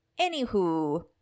Anywho